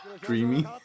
dreamy